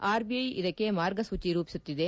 RBI ಇದಕ್ಕೆ ಮಾರ್ಗಸೂಚಿ ರೂಪಿಸುತ್ತಿದೆ